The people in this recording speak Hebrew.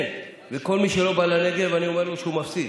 כן, וכל מי שלא בא לנגב, אני אומר לו שהוא מפסיד.